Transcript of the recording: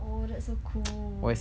oh that's so cool